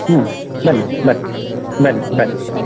ಹ್ಞೂ ಬನ್ನಿ ಬನ್ನಿ ಬನ್ನಿ ಬನ್ನಿ